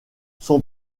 son